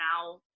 now